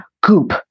goop